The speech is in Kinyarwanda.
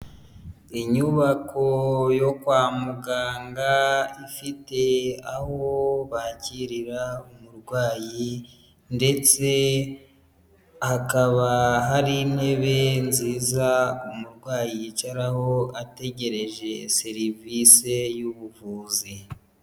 Inyubako yo kwa muganga, ifite aho bakirira umurwayi ndetse hakaba hari intebe nziza umurwayi yicaraho ategereje serivise y'ubuvuzi.